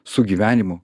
su gyvenimu